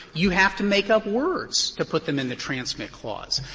you have to make up words to put them in the transmit clause.